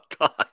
God